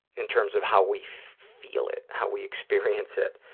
in terms of how we feel it, how we experience it.